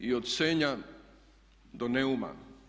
I od Senja do Neuma?